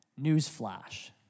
newsflash